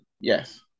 Yes